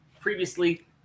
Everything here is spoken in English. previously